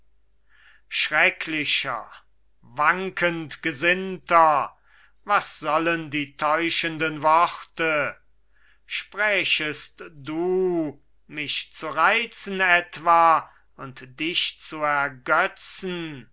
schrecklicher wankend gesinnter was sollen die täuschenden worte sprächest du mich zu reizen etwa und dich zu ergötzen